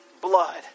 blood